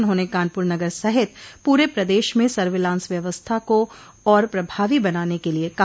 उन्होंने कानपुर नगर सहित पूरे प्रदेश में सर्विलांस व्यवस्था को और प्रभावी बनाने को लिये कहा